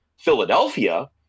Philadelphia